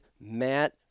Matt